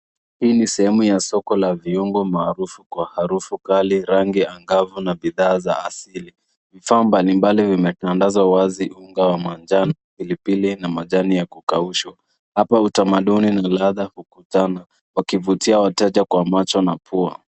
Hii ni sehemu ya soko la viungo maarufu kwa harufu kali, rangi angavu na bidhaa za asili. Vifaa mbalimbali vimetandazwa wazi; unga wa manjano, pilipili na majani ya kukaushwa. Hapa utamaduni na ladha hukutana, wakivutia wateja kwa macho na pua.